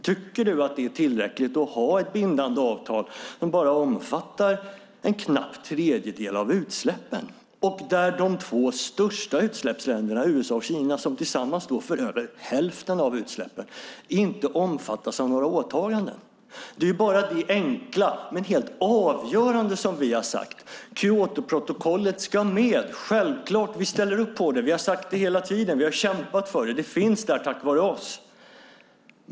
Tycker du att det är tillräckligt att ha ett bindande avtal som bara omfattar en knapp tredjedel av utsläppen och där de två största utsläppsländerna - USA och Kina, som tillsammans står för över hälften av utsläppen - inte omfattas av några åtaganden? Det är bara det enkla men helt avgörande som vi har sagt. Kyotoprotokollet ska med. Det är självklart. Vi ställer upp på det. Vi har sagt det hela tiden. Vi har kämpat för det. Det finns där tack vare oss.